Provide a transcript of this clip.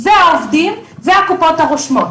העובדים והקופות הרושמות.